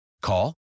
Call